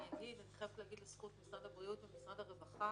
אני חייבת להגיד לזכות משרד הבריאות ומשרד הרווחה,